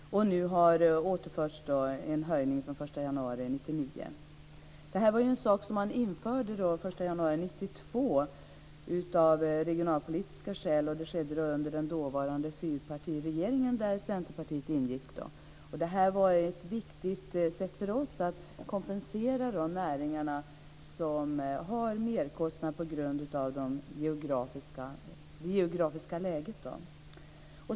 Nu återförs de så att det blir en höjning från den 1 januari 1999. Sänkningen infördes den 1 januari 1992 av regionalpolitiska skäl. Det skedde under den dåvarande fyrpartiregeringen där Centerpartiet ingick. Det var ett viktigt sätt för oss att kompensera näringarna som har merkostnader på grund av det geografiska läget.